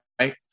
Right